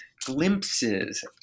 glimpses